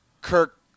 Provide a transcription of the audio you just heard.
Kirk